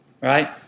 right